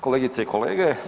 Kolegice i kolege.